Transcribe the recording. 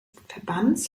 verbands